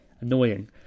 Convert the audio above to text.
Annoying